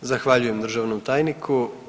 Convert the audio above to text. Zahvaljujem državnom tajniku.